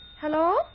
Hello